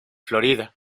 florida